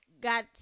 got